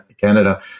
Canada